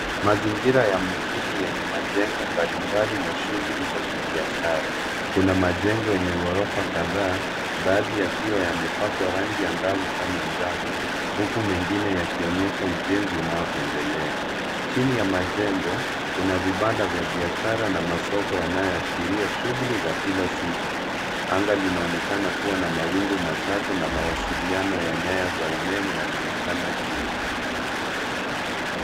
Mazingira ya mjini yenye majengo mbalimbali na shughuli za kibiashara. Kuna majengo yenye ghorofa kadhaa baadhi yakiwa yamepakwa rangi angavu kama njano huku mengine yakionyesha ujenzi unaoendelea. Chini ya majengo kuna vibanda vya biashara na masoko yanayoashiria shughuli za kila siku. Anga linaonekana kuwa na mawingu machache na mawasiliano ya nyaya za umeme yanaonekana juu.